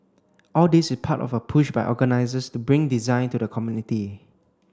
all this is part of a push by organisers to bring design to the community